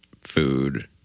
food